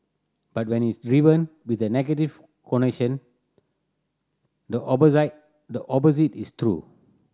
but when it's driven with a negative the the opposite is true